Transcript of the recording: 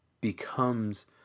becomes